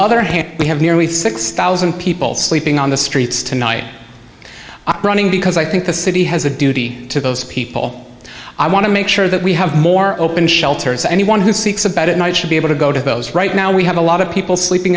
hand we have here we've six thousand people sleeping on the streets tonight running because i think the city has a duty to those people i want to make sure that we have more open shelters anyone who seeks a bed at night should be able to go to those right now we have a lot of people sleeping